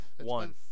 One